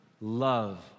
love